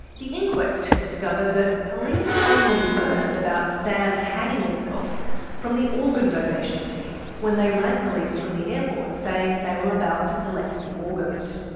the inquest had discovered that police only learned about sam hanging himself from the organ donation team when they rang police from the airport saying they were about to collect the organs.